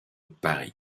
paris